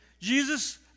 Jesus